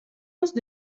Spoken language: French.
anses